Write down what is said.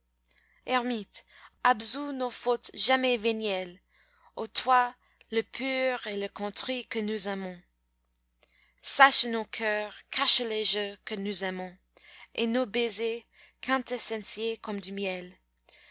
ermite absous nos fautes jamais vénielles ô toi le pur et le contrit que nous aimons sache nos cœurs cache les jeux que nous aimons et nos baisers quintessenciés comme du miel